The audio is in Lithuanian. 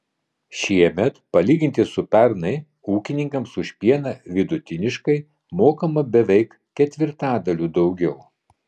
šiemet palyginti su pernai ūkininkams už pieną vidutiniškai mokama beveik ketvirtadaliu daugiau